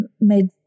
made